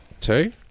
Two